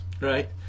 right